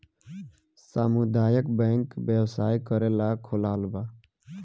सामुदायक बैंक व्यवसाय करेला खोलाल बा